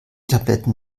tabletten